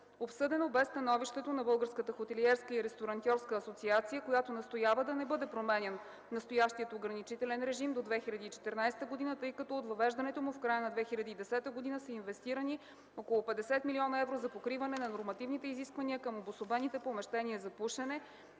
Обсъдено бе становището на Българската хотелиерска и ресторантьорска асоциация, които настояват да не бъде променян настоящият ограничителен режим до 2014 г., тъй като от въвеждането му в края на 2010 г. са инвестирани около 50 мил. евро за покриване на нормативните изисквания към обособените помещения за пушене,